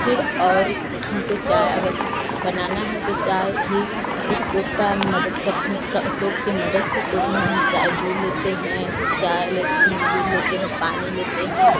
फिर और हमको चाय अगर बनाना है तो चाय भी एक टोप का मदद कर टोप की मदद से टोप में हम चाय दूध लेते हैं चाय ले दूध लेते हैं पानी लेते हैं